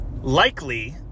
likely